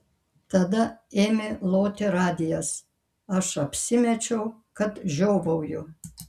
tada ėmė loti radijas aš apsimečiau kad žiovauju